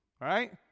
right